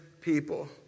people